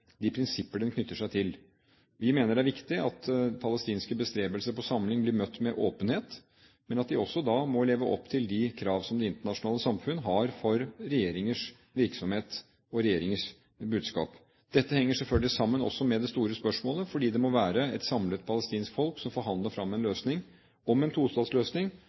de prinsipper den knytter seg til. Vi mener det er viktig at palestinske bestrebelser på samling blir møtt med åpenhet, men at de også må leve opp til de krav som det internasjonale samfunn har for regjeringers virksomhet og regjeringers budskap. Dette henger selvfølgelig også sammen det store spørsmålet, fordi det må være et samlet palestinsk folk som forhandler fram en løsning om en